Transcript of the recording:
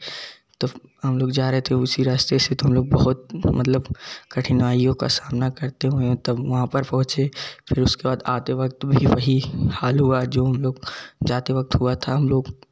तो हम लोग जा रहे थे उसी रास्ते से तो हम लोग बहुत मतलब कठिनाइयों का सामना करते हुए तब वहाँ पर पहुँचे फिर उसके बाद आते वक्त भी वही हाल हुआ जो हम लोग जाते वक्त हुआ था हम लोग